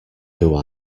who